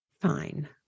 fine